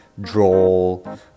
Droll